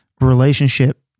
relationship